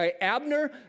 Abner